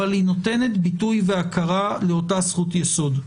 אבל היא נותנת ביטוי והכרה לאותה זכות יסוד.